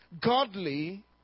godly